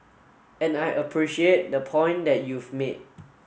and I appreciate the point that you've made